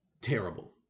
Terrible